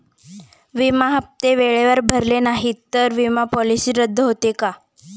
विमा हप्ते वेळेवर भरले नाहीत, तर विमा पॉलिसी रद्द होते का?